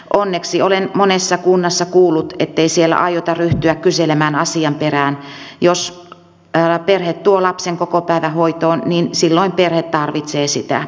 onneksi olen monessa kunnassa kuullut ettei siellä aiota ryhtyä kyselemään asian perään jos perhe tuo lapsen kokopäivähoitoon niin silloin perhe tarvitsee sitä